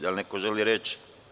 Da li neko želi reč?